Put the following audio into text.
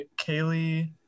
Kaylee